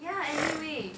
ya anyway